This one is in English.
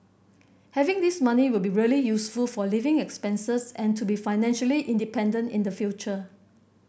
having this money will be really useful for living expenses and to be financially independent in the future